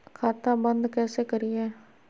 खाता बंद कैसे करिए?